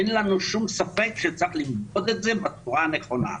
אין לנו שום ספק שצריך למדוד את זה בצורה הנכונה.